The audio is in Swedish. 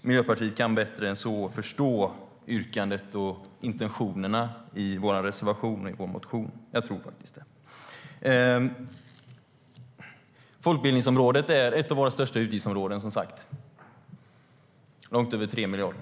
Miljöpartiet bättre än så kan förstå yrkandet och intentionerna i vår motion och reservation. Folkbildningsområdet är som sagt ett av våra största utgiftsområden. Det är på långt över 3 miljarder.